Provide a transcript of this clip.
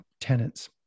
tenants